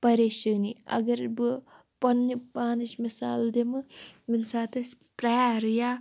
پریشٲنی اگر بہٕ پَنٛنہِ پانٕچ مِثال دِمہٕ ییٚمہِ ساتہٕ أسۍ پیٚیر یا